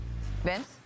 Vince